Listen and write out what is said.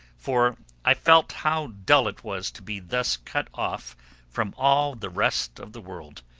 for i felt how dull it was to be thus cut off from all the rest of the world.